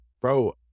Bro